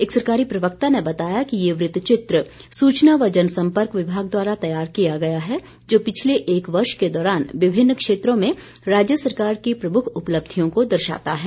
एक सरकारी प्रवक्ता ने बताया कि ये वृतचित्र सूचना व जन संपर्क विभाग द्वारा तैयार किया गया है जो पिछले एक वर्ष के दौरान विभिन्न क्षेत्रों में राज्य सरकार की प्रमुख उपलब्धियों को दर्शाता है